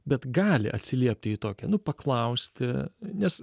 bet gali atsiliepti į tokią nu paklausti nes